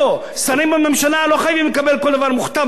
שרים בממשלה לא חייבים לקבל כל דבר מוכתב מאליו.